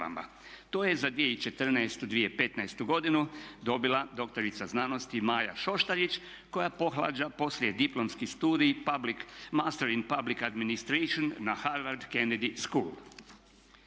To je za 2014.-2015.godinu dobila doktorica znanosti Maja Šoštarić koja pohađa poslijediplomski Studij Public, master in public administration na Harvard Kennedy School.